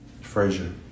Frazier